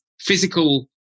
physical